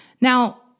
Now